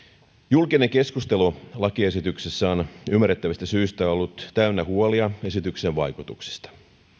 julkinen keskustelu lakiesityksestä on ymmärrettävistä syistä ollut täynnä huolia esityksen vaikutuksista